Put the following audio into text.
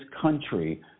country